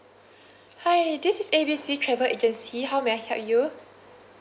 hi this is A B C travel agency how may I help you